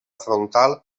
frontal